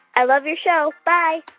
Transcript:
i love your show. bye